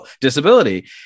disability